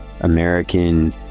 American